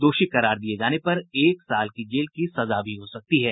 दोषी करार दिये जाने पर एक साल की जेल की सजा भी हो सकती है